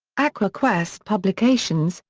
aqua quest publications,